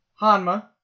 Hanma